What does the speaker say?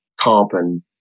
carbon